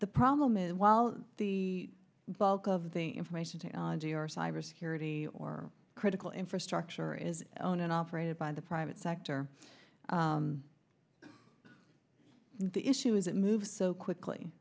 the problem is while the bulk of the information technology or cybersecurity or critical infrastructure is own and operated by the private sector the issue is it moves so